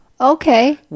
Okay